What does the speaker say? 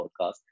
podcast